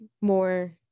more